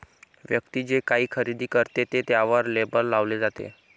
व्यक्ती जे काही खरेदी करते ते त्यावर लेबल लावले जाते